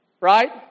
right